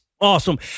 Awesome